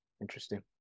Interesting